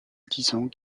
disant